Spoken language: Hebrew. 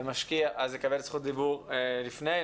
ומשקיע אז יקבל זכות דיבור לפני,